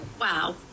wow